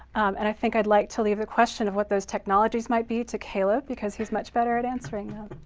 and i think i'd like to leave the question of what those technologies might be to caleb because he's much better at answering them.